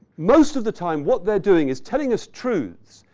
most of the time, what they're doing is telling us truths,